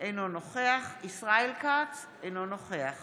אינו נוכח ישראל כץ, אינו נוכח